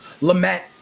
Lament